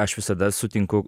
aš visada sutinku